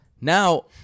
Now